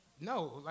no